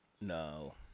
No